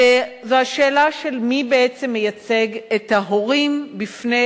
זו השאלה מי בעצם מייצג את ההורים בפני